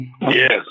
Yes